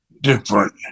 different